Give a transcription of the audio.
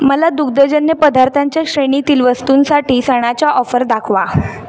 मला दुग्धजन्य पदार्थांच्या श्रेणीतील वस्तूंसाठी सणाच्या ऑफर दाखवा